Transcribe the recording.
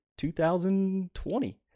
2020